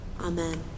Amen